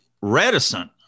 reticent